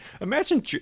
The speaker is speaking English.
Imagine